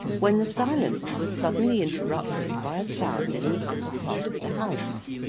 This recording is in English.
when the silence was suddenly interrupted by a sound in the upper part of the house.